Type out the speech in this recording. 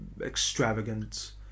extravagant